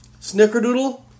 Snickerdoodle